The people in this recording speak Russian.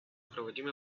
проводимой